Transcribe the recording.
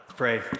pray